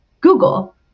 Google